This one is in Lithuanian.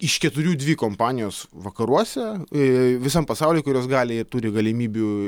iš keturių dvi kompanijos vakaruose ee visam pasauly kurios gali turi galimybių